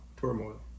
turmoil